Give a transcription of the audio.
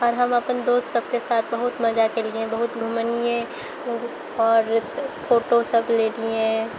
आओर हम अपन दोस्त सबके साथ बहुत मजा केलिए बहुत घुमलिए आओर फोटोसब लेलिए